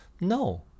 No